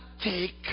take